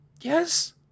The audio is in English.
Yes